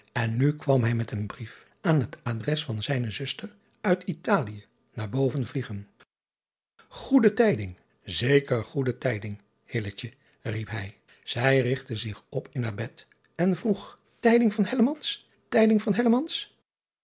en nu kwam hij met een brief aan het adres van zijne zuster uit talie naar boven vliegen oede tijding zeker goede tijding riep hij ij rigtte zich op in haar bed en vroeg ijding van ijding van